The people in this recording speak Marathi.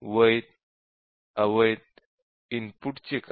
वैध अवैध इनपुटचे काय